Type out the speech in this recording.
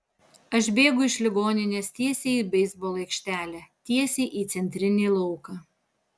aš bėgu iš ligoninės tiesiai į beisbolo aikštelę tiesiai į centrinį lauką